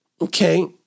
Okay